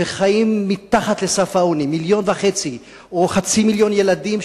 וחיים מתחת לסף העוני 1.5 מיליון או חצי מיליון ילדים,